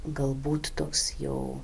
galbūt toks jau